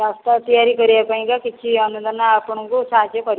ରାସ୍ତା ତିଆରି କରିବାପାଇଁ କା କିଛି ଆମେମାନେ ଆପଣଙ୍କୁ ସାହାଯ୍ୟ କରିପାରିବୁ